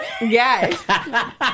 Yes